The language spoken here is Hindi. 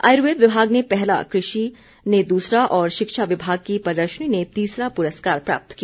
आयुर्वेद विभाग ने पहला कृषि ने दूसरा और शिक्षा विभाग की प्रदर्शनी ने तीसरा पुरस्कार प्राप्त किया